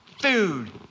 food